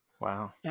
Wow